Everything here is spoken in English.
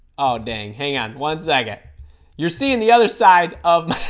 oh dang hang on one second you're seeing the other side of